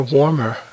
warmer